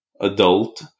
adult